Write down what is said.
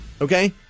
Okay